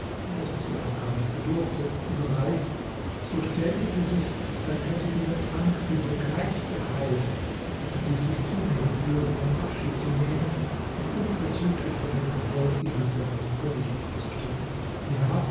dessen sie aber gar nicht bedurfte überreicht so stellte sie sich als hätte dieser trank sie sogleich geheilt und ließ sich zu mir führen um abschied zu nehmen und unverzüglich von dem erfolg ihrer sendung bericht abzustatten ja